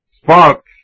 sparks